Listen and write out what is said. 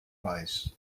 weiß